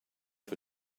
for